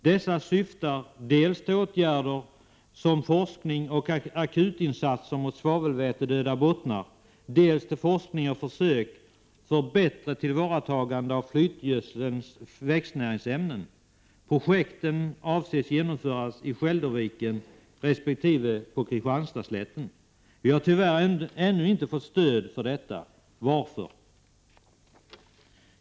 Dessa syftar dels till åtgärder som forskning och akutinsatser mot svavelvätedöda bottnar, dels till forskning och försök för bättre tillvaratagande av flytgödselns växtnäringsämnen. Projekten avses genomföras i Skälderviken resp. på Kristianstadsslätten. Vi har tyvärr ännu inte fått stöd för detta. Varför?